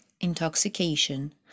Intoxication